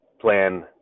plan